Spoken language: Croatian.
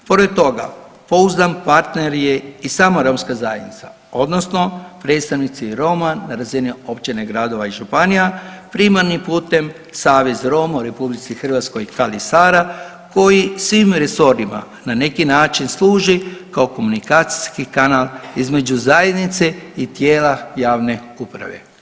Pored toga pouzdan partner je i sama romska zajednica, odnosno predstavnici Roma na razini općine, gradova i županija, primarnim putem Savez Roma u RH Kali Sara koji svim resorima na neki način služi kao komunikacijski kanal između zajednice i tijela javne uprave.